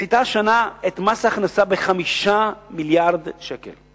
מפחיתה השנה את מס ההכנסה ב-5 מיליארדי שקל.